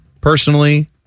personally